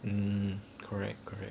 mm correct correct